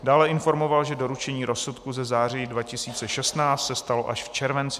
Dále informoval, že doručení rozsudku ze září 2016 se stalo až v červenci 2017.